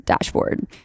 dashboard